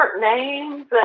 names